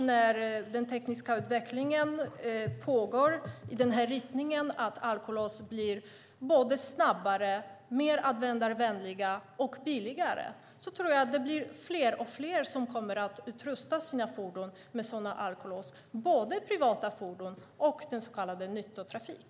När den tekniska utvecklingen går i den riktningen att alkolås blir snabbare, mer användarvänliga och billigare tror jag att fler och fler kommer att utrusta sina fordon med sådana alkolås, både privata fordon och så kallad nyttotrafik.